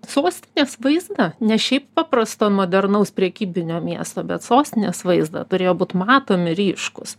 sostinės vaizdą ne šiaip paprasto modernaus prekybinio miesto bet sostinės vaizdą turėjo būt matomi ryškūs